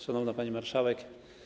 Szanowna Pani Marszałek!